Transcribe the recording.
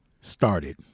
started